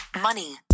money